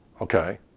Okay